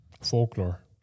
Folklore